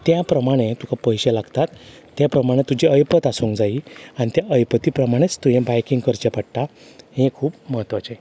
त्या प्रमाणें पयशे लागतात तेप्रमाणे तुजी ऐपत आसूंक जायी आनी त्या ऐपती प्रमाणेंच तुवें बायकींग करचें पडटा हें खूब महत्वाचें